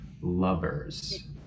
lovers